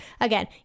again